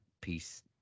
peace